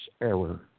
error